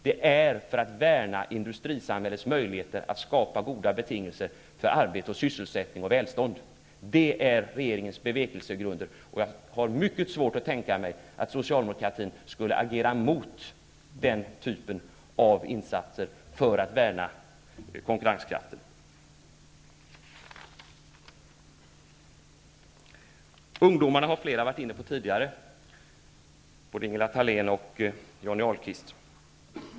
Det är för att värna industrisamhällets möjligheter att skapa goda betingelser för arbete, sysselsättning och välstånd. Det är regeringens bevekelsegrunder, och jag har mycket svårt att tänka mig att socialdemokratin skulle agera mot den typen av insatser för att värna konkurrenskraften. Ungdomarna har nämnts av flera talare, bl.a. av Ingela Thalén och Johnny Ahlqvist.